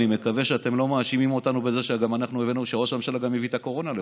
אני מקווה שאתם לא מאשימים אותנו שראש הממשלה גם הביא את הקורונה לפה.